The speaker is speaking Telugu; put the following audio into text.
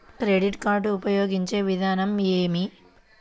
క్రెడిట్ కార్డు ఉపయోగించే విధానం ఏమి?